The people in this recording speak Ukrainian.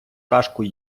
кашку